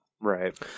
Right